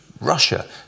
Russia